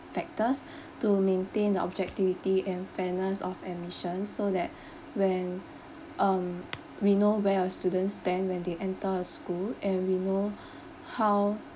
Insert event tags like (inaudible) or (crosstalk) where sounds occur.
factors (breath) to maintain the objectivity and fairness of admissions so that (breath) when um we know where a student stand when they enter a school and we know (breath) how